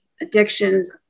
addictions